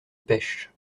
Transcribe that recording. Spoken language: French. pêche